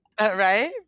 right